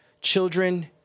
Children